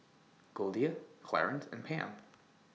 Goldia Clarence and Pam